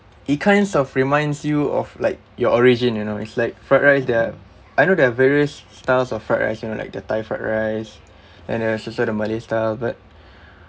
it kinds of reminds you of like your origin you know it's like fried rice there're I know there're various styles of fried rice you know like the thai fried rice and there's also the malay style but